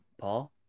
Paul